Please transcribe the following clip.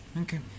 okay